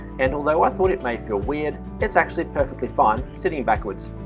and although i thought it may feel weird, it's actually perfectly fine sitting backwards.